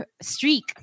streak